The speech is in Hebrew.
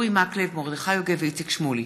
אורי מקלב, מרדכי יוגב ואיציק שמולי